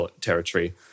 territory